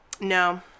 No